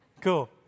Cool